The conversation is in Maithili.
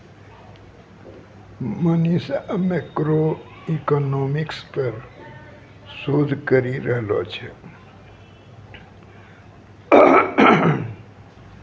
मनीषा मैक्रोइकॉनॉमिक्स पर शोध करी रहलो छै